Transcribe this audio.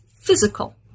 physical